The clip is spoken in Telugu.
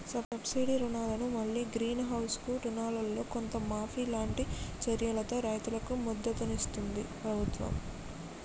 సబ్సిడీ రుణాలను మల్లి గ్రీన్ హౌస్ కు రుణాలల్లో కొంత మాఫీ లాంటి చర్యలతో రైతుకు మద్దతిస్తుంది ప్రభుత్వం